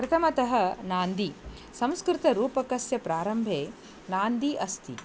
प्रथमतः नान्दी संस्कृतरूपकस्य प्रारम्भे नान्दी अस्ति